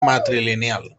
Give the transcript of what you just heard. matrilineal